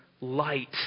light